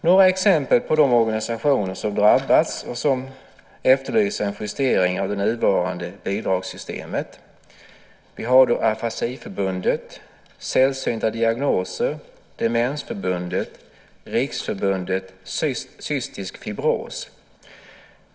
Några exempel på de organisationer som drabbats och som efterlyser en justering av det nuvarande bidragssystemet är Afasiförbundet, Sällsynta diagnoser, Demensförbundet, Riksförbundet Cystisk Fibros.